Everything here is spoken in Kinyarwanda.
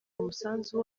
umusanzu